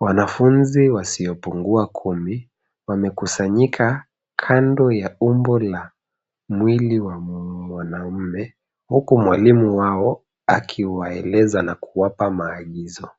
Wanafunzi wasiopungua kumi wamekusanyika kando ya umbo la mwili wa mwanaume, huku mwalimu wao akiwaeleza na kuwapa maagizo.